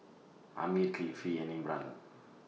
Ammir Kifli and Imran